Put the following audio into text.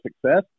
success